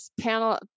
panel